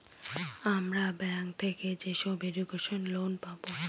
আমরা ব্যাঙ্ক থেকে যেসব এডুকেশন লোন পাবো